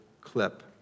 clip